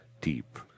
deep